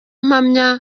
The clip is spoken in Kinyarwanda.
mpamya